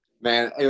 Man